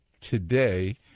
today